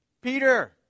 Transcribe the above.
Peter